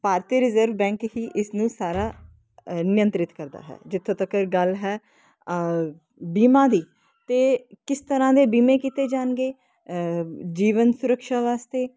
ਭਾਰਤੀ reserve bank ਹੀ ਇਸਨੂੰ ਸਾਰਾ ਨਿਯੰਤਰਿਤ ਕਰਦਾ ਹੈ ਜਿੱਥੋਂ ਤੱਕ ਇਹ ਗੱਲ ਹੈ ਬੀਮਾ ਦੀ ਤੇ ਕਿਸ ਤਰ੍ਹਾਂ ਦੇ ਬੀਮੇ ਕੀਤੇ ਜਾਣਗੇ ਜੀਵਨ ਸੁਰਕਸ਼ਾ ਵਾਸਤੇ